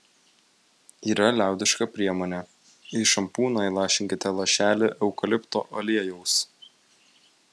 yra liaudiška priemonė į šampūną įlašinkite lašelį eukalipto aliejaus